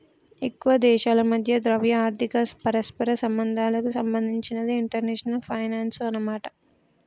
ఎక్కువ దేశాల మధ్య ద్రవ్య ఆర్థిక పరస్పర సంబంధాలకు సంబంధించినదే ఇంటర్నేషనల్ ఫైనాన్సు అన్నమాట